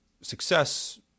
success